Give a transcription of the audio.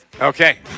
Okay